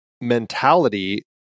mentality